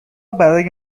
برای